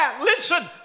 Listen